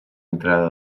entrada